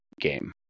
game